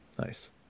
Nice